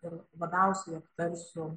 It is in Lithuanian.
ir labiausiai aptarsiu